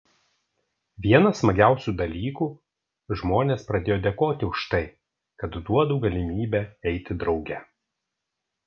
vienas smagiausių dalykų žmonės pradėjo dėkoti už tai kad duodu galimybę eiti drauge